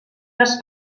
les